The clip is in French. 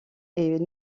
est